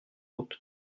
route